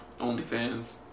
OnlyFans